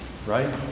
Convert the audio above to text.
right